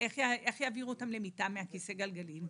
איך יעבירו אותם למיטה מהכיסא גלגלים?